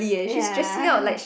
ya